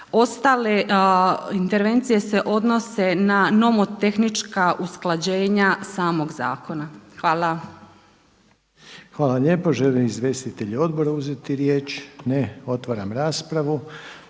Ostale intervencije se odnose na nomotehnička usklađenja samog zakona. Hvala. **Reiner, Željko (HDZ)** Hvala lijepo. Žele li izvjestitelji odbora uzeti riječ? Ne. Otvaram raspravu.